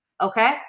okay